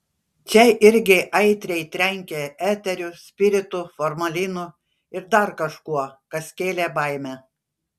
čia irgi aitriai trenkė eteriu spiritu formalinu ir dar kažkuo kas kėlė baimę